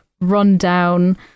rundown